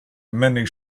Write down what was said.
many